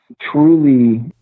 truly